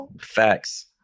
Facts